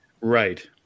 Right